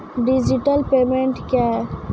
Digital payment क्या हैं?